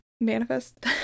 manifest